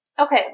Okay